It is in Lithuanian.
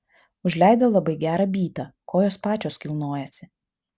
užleido labai gerą bytą kojos pačios kilnojasi